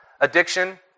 addiction